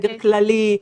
לא משנה,